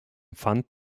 pfand